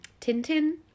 Tintin